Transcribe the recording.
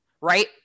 right